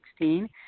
2016